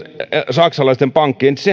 saksalaisten pankkeja